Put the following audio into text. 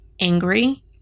angry